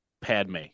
Padme